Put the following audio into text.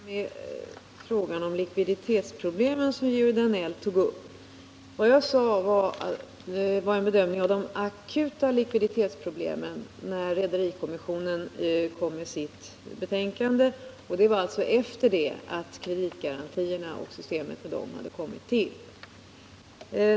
Herr talman! Får jag börja med frågan om likviditetsproblemen, som Georg Danell tog upp. Vad jag sade var en bedömning av de akuta likviditetsproblemen när rederikommissionen kom med sitt betänkande. Det var alltså efter det att kreditgarantierna hade tillkommit.